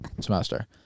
semester